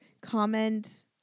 comment